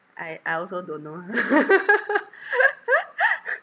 I I also don't know